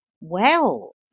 Well